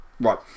Right